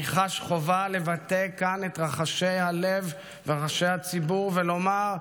אני חש חובה לבטא כאן את רחשי הלב ורחשי הציבור ולומר: